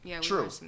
true